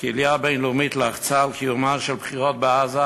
הקהילייה הבין-לאומית לחצה לקיים בחירות בעזה,